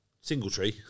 Singletree